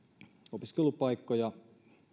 opiskelupaikkoja